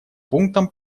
пунктам